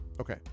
Okay